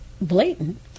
blatant